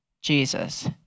Jesus